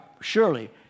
surely